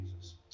Jesus